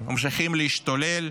ממשיכים להשתולל,